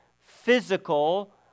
physical